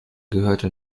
gehörte